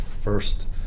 first